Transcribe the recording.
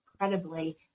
incredibly